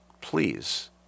Please